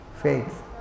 faith